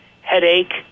headache